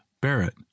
Barrett